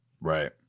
Right